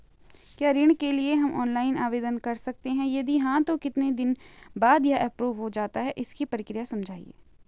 क्या ऋण के लिए हम ऑनलाइन आवेदन कर सकते हैं यदि हाँ तो कितने दिन बाद यह एप्रूव हो जाता है इसकी प्रक्रिया समझाइएगा?